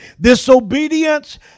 disobedience